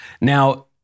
Now